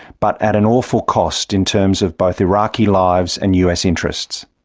but at an awful cost in terms of both iraqi lives and us interests.